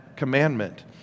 commandment